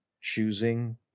choosing